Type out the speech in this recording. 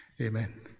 Amen